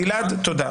גלעד, תודה.